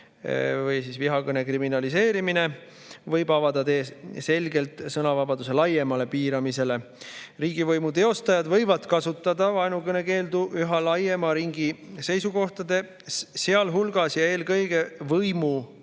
või vihakõne kriminaliseerimine võib avada tee selgelt sõnavabaduse laiemale piiramisele. Riigivõimu teostajad võivad kasutada vaenukõne keeldu üha laiema ringi seisukohtade, sealhulgas ja eelkõige